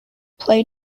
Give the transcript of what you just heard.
play